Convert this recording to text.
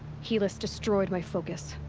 helis destroyed my focus.